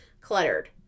cluttered